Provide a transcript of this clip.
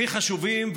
הכי חשובים,